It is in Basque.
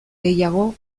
gehiago